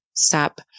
stop